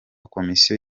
komisiyo